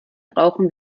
brauchen